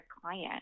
client